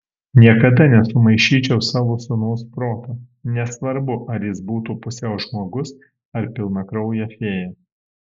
niekada nesumaišyčiau savo sūnaus proto nesvarbu ar jis būtų pusiau žmogus ar pilnakraujė fėja